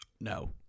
No